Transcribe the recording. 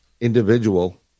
individual